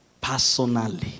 personally